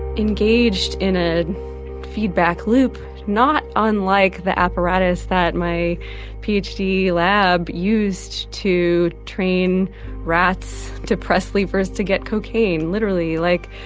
engaged in a feedback loop not unlike the apparatus that my ph d. lab used to train rats to press levers to get cocaine literally. like,